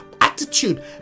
attitude